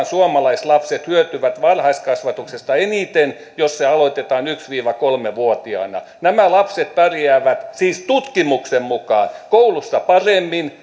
suomalaislapset hyötyvät varhaiskasvatuksesta eniten jos se aloitetaan yksi viiva kolme vuotiaana nämä lapset pärjäävät siis tutkimuksen mukaan koulussa paremmin